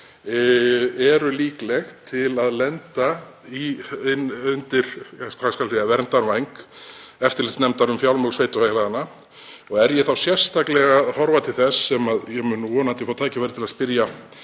eru líkleg til að lenda undir verndarvæng eftirlitsnefndar um fjármál sveitarfélaganna. Er ég þá sérstaklega að horfa til þess, sem ég mun vonandi fá tækifæri til að spyrja